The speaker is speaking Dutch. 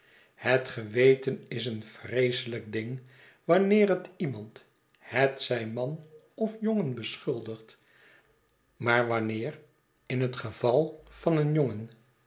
het geweten is een vreeselijk ding wanneer het iemand hetzij man of jongen beschuldigt maar wanneer in het geval van een jongen